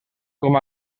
com